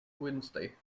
wednesday